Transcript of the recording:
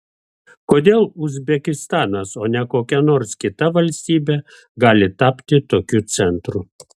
kodėl uzbekistanas o ne kokia nors kita valstybė gali tapti tokiu centru